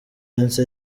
minsi